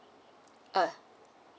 ah